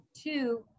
two